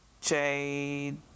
Jade